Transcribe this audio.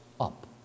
up